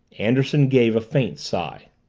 anderson gave a faint sigh.